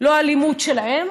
לא אלימות שלהם,